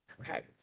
okay